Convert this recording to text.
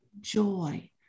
joy